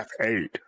F8